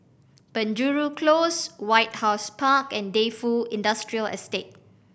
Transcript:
Penjuru Close White House Park and Defu Industrial Estate